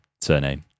surname